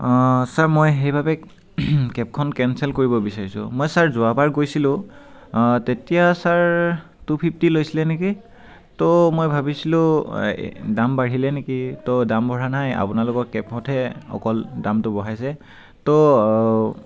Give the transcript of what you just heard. sir মই সেইবাবে কেবখন কেঞ্চেল কৰিব বিচাৰিছোঁ মই ছাৰ যোৱাবাৰ গৈছিলোঁ তেতিয়া ছাৰ টু ফিফ্টি লৈছিলে নেকি তো মই ভাবিছিলোঁ দাম বাঢ়িলে নেকি তো দাম বঢ়া নাই আপোনালোকৰ কেবতহে অকল দামটো বঢ়াইছে তো